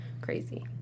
Crazy